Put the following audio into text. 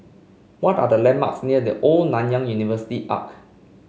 what are the landmarks near The Old Nanyang University Arch